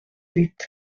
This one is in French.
huit